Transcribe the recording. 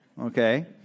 Okay